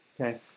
Okay